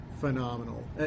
Phenomenal